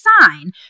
sign